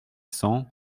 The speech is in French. cents